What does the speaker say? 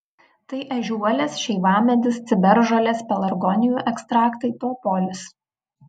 tai ežiuolės šeivamedis ciberžolės pelargonijų ekstraktai propolis